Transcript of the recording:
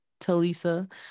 Talisa